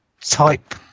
type